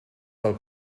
del